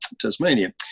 Tasmania